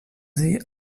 sie